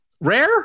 Rare